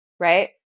Right